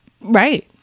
right